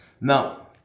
Now